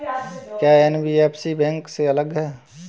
क्या NBFC bank से अलग है?